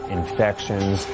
infections